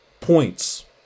points